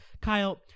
Kyle